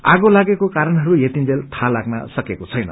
आगो लागेको कारण्हरू यतिंजेल थाहा लाग्न सकेको छैन